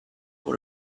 for